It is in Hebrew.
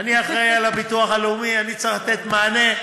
אני אחראי לביטוח הלאומי, אני צריך לתת מענה.